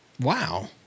Wow